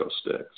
sticks